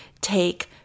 take